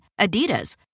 Adidas